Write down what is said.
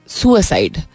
suicide